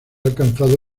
alcanzado